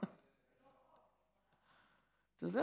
ומשפט